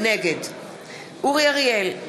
נגד אורי אריאל,